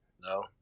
No